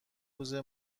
روزه